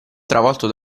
travolto